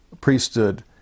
priesthood